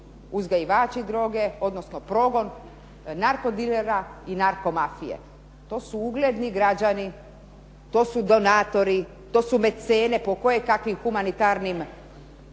uzgajivači droge odnosno progon narko dilera i narko mafije. To su ugledni građani, to su donatori, to su mecene po kojekakvim humanitarnim